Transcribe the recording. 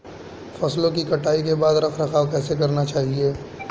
फसलों की कटाई के बाद रख रखाव कैसे करना चाहिये?